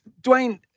Dwayne